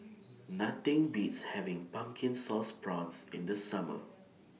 Nothing Beats having Pumpkin Sauce Prawns in The Summer